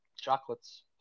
chocolates